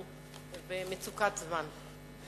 אנחנו במצוקת זמן.